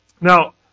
Now